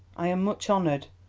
i am much honoured,